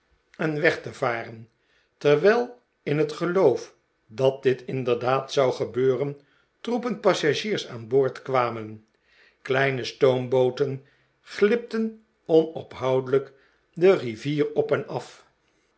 en weg te varen terwijl in het geloof dat dit inderdaad zou gebeuren troepen passagiers aan boord kwamen kleine stoombooten glipten onophoudelijk de rivier op en af